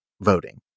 voting